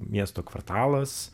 miesto kvartalas